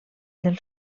del